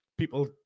People